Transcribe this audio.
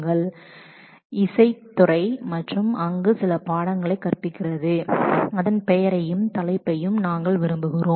துறை பெயரை ஏதேனும் ஒரு கற்பிக்கும் பயிற்றுனர்களை எங்களுக்குக் கொடுங்கள் மற்றும் அங்கு சில பாடங்களைக் கற்பிக்கிறது அதன் பெயரையும் தலைப்பையும் நாங்கள் விரும்புகிறோம்